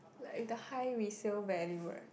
with the high resale value right